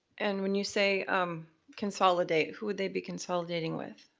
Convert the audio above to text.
and when you say um consolidate, who would they be consolidating with?